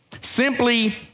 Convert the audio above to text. Simply